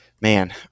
Man